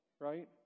right